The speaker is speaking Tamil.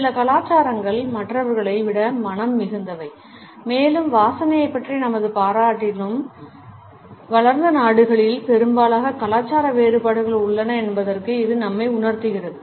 சில கலாச்சாரங்கள் மற்றவர்களை விட மணம் மிகுந்தவை மேலும் வாசனையைப் பற்றிய நமது பாராட்டிலும் வளர்ந்த நாடுகளில் பெரும்பாலான கலாச்சார வேறுபாடுகள் உள்ளன என்பதற்கு இது நம்மை உணர்த்துகிறது